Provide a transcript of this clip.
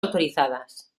autorizadas